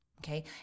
Okay